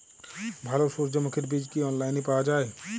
ভালো সূর্যমুখির বীজ কি অনলাইনে পাওয়া যায়?